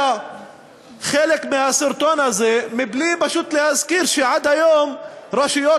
חלק מהסרטון הזה מבלי פשוט להזכיר שעד היום רשויות